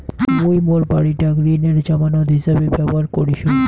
মুই মোর বাড়িটাক ঋণের জামানত হিছাবে ব্যবহার করিসু